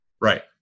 Right